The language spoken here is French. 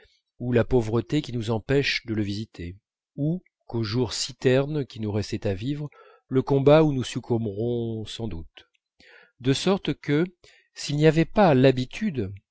ou la pauvreté qui nous empêchent de le visiter ou qu'aux jours si ternes qui nous restent à vivre le combat où nous succomberons sans doute de sorte que s'il n'y avait pas l'habitude